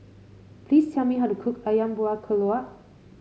please tell me how to cook ayam Buah Keluak